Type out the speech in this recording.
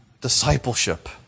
discipleship